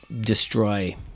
destroy